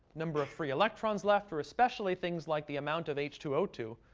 number of free electrons left, or especially things like the amount of h two o two,